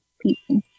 people